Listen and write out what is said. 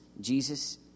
Jesus